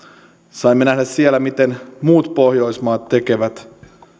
saimme nähdä siellä miten muut pohjoismaat tekevät